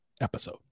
episode